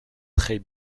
très